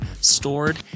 stored